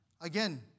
Again